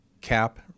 cap